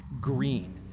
green